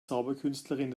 zauberkünstlerin